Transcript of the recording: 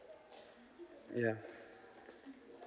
ya